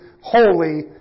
holy